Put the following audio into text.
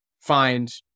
find